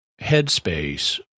headspace